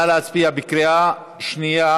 נא להצביע בקריאה שנייה